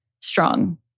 strong